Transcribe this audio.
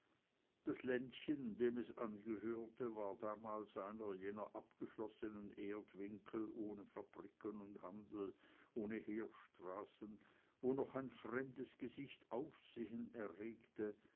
das ländchen dem es angehörte war damals einer jener abgeschlossenen erdwinkel ohne fabriken und handel ohne heerstraßen wo noch ein fremdes gesicht aufsehen erregte